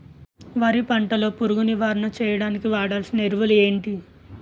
వరి పంట లో పురుగు నివారణ చేయడానికి వాడాల్సిన ఎరువులు ఏంటి?